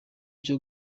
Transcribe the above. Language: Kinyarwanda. cyo